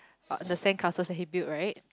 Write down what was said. uh the sandcastles that he build right